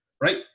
right